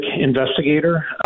investigator